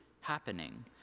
happening